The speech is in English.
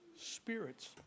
spirits